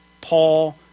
Paul